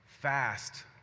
fast